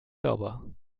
sauber